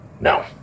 No